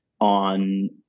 on